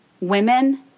women